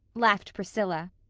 laughed priscilla.